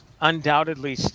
undoubtedly